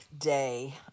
day